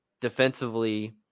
defensively